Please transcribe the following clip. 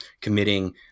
committing